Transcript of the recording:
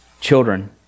children